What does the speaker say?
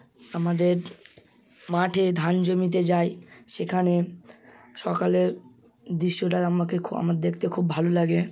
আমাদের মাঠে ধান জমিতে যাই সেখানে সকালের দৃশ্যটা আমাকে খুব আমার দেখতে খুব ভালো লাগে